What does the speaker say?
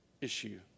issue